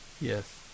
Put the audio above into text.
Yes